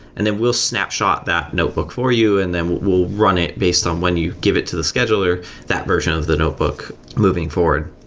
and then we'll snapshot that notebook for you and then we'll run it based on when you give it to the scheduler that version of the notebook moving forward.